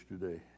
today